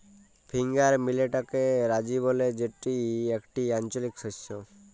finger মিলেটকে রাজি ব্যলে যেটি একটি আঞ্চলিক শস্য